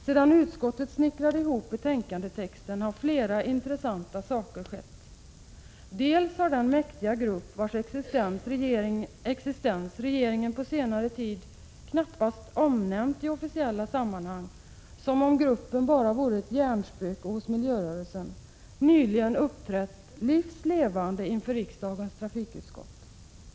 Sedan utskottet snickrade ihop betänkandetexten har flera intressanta saker skett. Bl.a. har den mäktiga grupp vars existens regeringen på senare tid knappast omnämnt i officiella sammanhang — som om gruppen endast vore ett hjärnspöke hos miljörörelsen — nyligen uppträtt livs levande inför riksdagens trafikutskott.